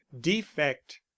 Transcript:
defect